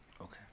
Okay